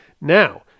Now